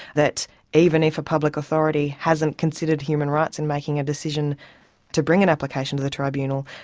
that even if a public authority hasn't considered human rights in making a decision to bring an application to the tribunal,